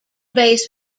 based